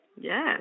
Yes